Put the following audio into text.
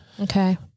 Okay